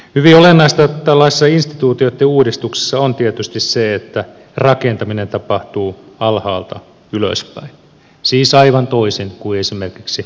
hyvin olennaista tällaisessa instituutioitten uudistuksessa on tietysti se että rakentaminen tapahtuu alhaalta ylöspäin siis aivan toisin kuin esimerkiksi hallituksen kuntauudistus